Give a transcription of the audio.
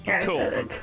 Cool